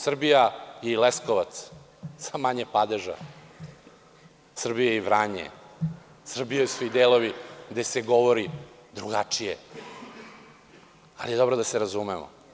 Srbija je Leskovac sa manje padeža, Srbija je i Vranje, Srbija su i delovi gde se govori drugačije, ali je dobro da se razumemo.